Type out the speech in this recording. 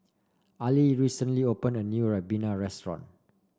Ali recently opened a new Ribena restaurant